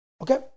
Okay